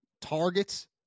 targets